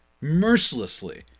mercilessly